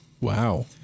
Wow